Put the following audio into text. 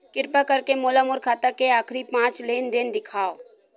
किरपा करके मोला मोर खाता के आखिरी पांच लेन देन देखाव